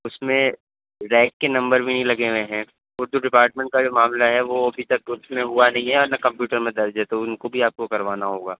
اس میں ریک کے نمبر بھی نہیں لگے ہوئے ہیں اردو جو ڈپارٹمنٹ کا جو معاملہ ہے وہ ابھی تک اس میں ہوا نہیں ہے اور نہ کمپیوٹر میں درج ہے تو ان کو بھی آپ کو کروانا ہوگا